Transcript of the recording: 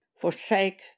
forsake